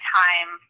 time